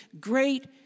great